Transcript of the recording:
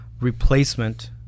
replacement